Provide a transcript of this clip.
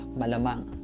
malamang